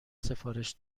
سفارش